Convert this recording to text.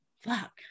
fuck